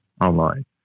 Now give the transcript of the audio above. online